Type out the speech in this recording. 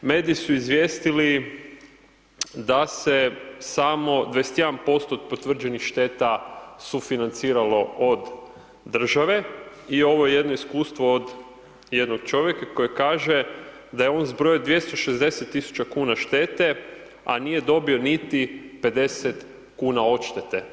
Mediji su izvijestili da se samo 21% potvrđenih šteta sufinanciralo od države i ovo je jedno iskustvo od jednog čovjeka, koji kaže da je on zbrojio 260 tisuća kuna štete, a nije dobio niti 50 kuna odštete.